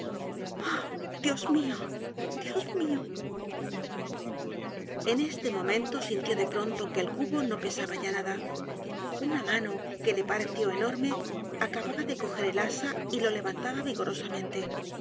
dios mio dios mio en este momento sintió de pronto que el cubo no pesaba ya nada una mano que le pareció enorme acababa de coger el asa y lo levantaba vigorosamente